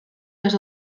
les